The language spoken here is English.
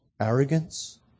Arrogance